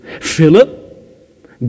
Philip